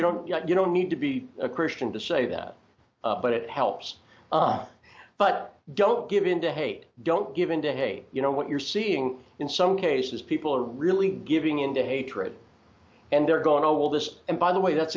you don't you don't need to be a christian to say that but it helps but don't give in to hate don't give in to hey you know what you're seeing in some cases people are really giving in to hatred and they're going to will this and by the way that's